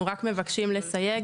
אנחנו רק מבקשים לסייג,